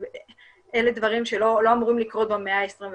ואלה דברים שלא אמורים לקרות במאה ה-21.